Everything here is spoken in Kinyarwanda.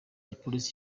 igipolisi